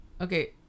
okay